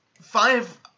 Five